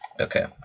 Okay